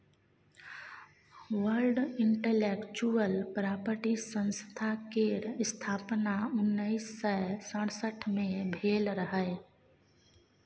world intellectual property संस्था केर स्थापना उन्नैस सय सड़सठ मे भेल रहय